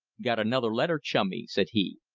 got another letter, chummy, said he,